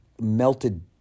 melted